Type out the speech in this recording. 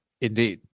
Indeed